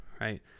right